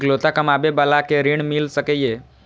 इकलोता कमाबे बाला के ऋण मिल सके ये?